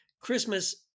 Christmas